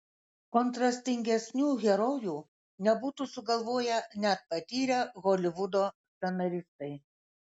kontrastingesnių herojų nebūtų sugalvoję net patyrę holivudo scenaristai